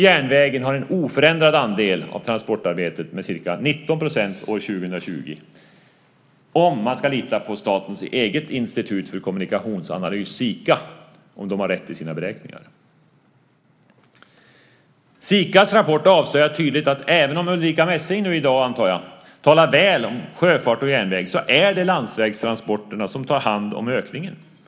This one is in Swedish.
Järnvägen har en oförändrad andel av transportarbetet, ca 19 % år 2020 - om man nu ska lita på att statens eget institut för kommunikationsanalys, Sika, har rätt i sina beräkningar. Sikas rapport avslöjar tydligt att även om Ulrica Messing i dag, antar jag, talar väl om sjöfart och järnväg är det landsvägstransporterna som tar hand om ökningen.